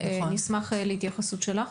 נשמח להתייחסות שלך.